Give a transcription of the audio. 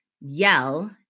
yell